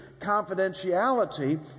confidentiality